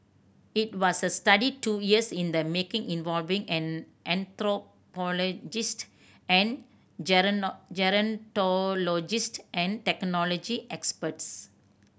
it was a study two years in the making involving an anthropologist and gerontologist and technology experts